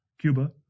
Cuba